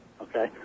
Okay